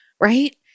right